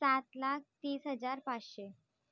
सात लाख तीस हजार पाचशे